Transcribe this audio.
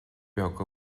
beag